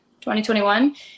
2021